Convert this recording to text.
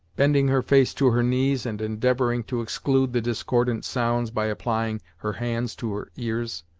bending her face to her knees, and endeavoring to exclude the discordant sounds, by applying her hands to her ears.